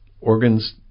organs